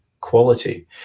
Quality